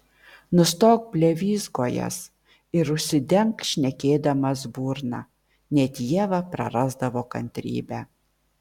nustok blevyzgojęs ir užsidenk šnekėdamas burną net ieva prarasdavo kantrybę